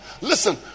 Listen